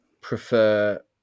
prefer